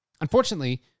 Unfortunately